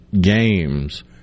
games